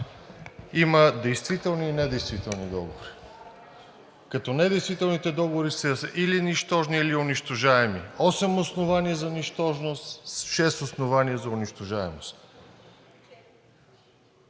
Има действителни и недействителни договори. Като недействителните договори са или нищожни, или унищожаеми – осем основания за нищожност, шест основания за унищожаемост.